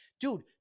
Dude